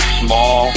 small